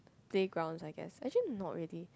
playgrounds I guess actually not really